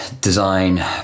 Design